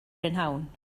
prynhawn